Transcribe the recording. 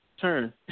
turn